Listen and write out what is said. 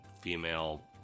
female